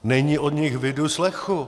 Není po nich vidu, slechu.